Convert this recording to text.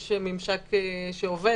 יש ממשק שעובד.